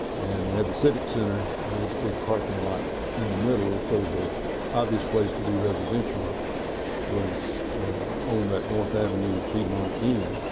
and had the civic center and its big parking lot in the middle so the obvious place to do residential was on that north avenue piedmont end.